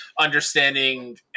understanding